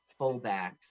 fullbacks